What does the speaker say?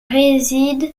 réside